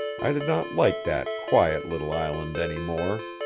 i did not like that quiet little island any more.